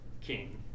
king